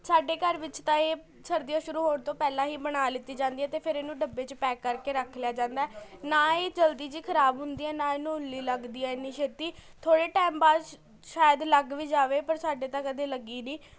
ਸਾਡੇ ਘਰ ਵਿੱਚ ਤਾਂ ਇਹ ਸਰਦੀਆਂ ਸ਼ੁਰੂ ਹੋਣ ਤੋਂ ਪਹਿਲਾਂ ਹੀ ਬਣਾ ਲਿੱਤੀ ਜਾਂਦੀ ਏ ਅਤੇ ਫਿਰ ਇਹਨੂੰ ਡੱਬੇ 'ਚ ਪੈਕ ਕਰਕੇ ਰੱਖ ਲਿਆ ਜਾਂਦਾ ਹੈ ਨਾ ਹੀ ਜਲਦੀ ਜੀ ਖਰਾਬ ਹੁੰਦੀ ਹੈ ਨਾ ਇਹਨੂੰ ਉੱਲੀ ਲੱਗਦੀ ਹੈ ਇੰਨੀ ਛੇਤੀ ਥੋੜ੍ਹੇ ਟਾਇਮ ਬਾਅਦ ਸ਼ ਸ਼ਾਇਦ ਲੱਗ ਵੀ ਜਾਵੇ ਪਰ ਸਾਡੇ ਤਾਂ ਕਦੇ ਲੱਗੀ ਨਹੀਂ